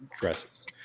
dresses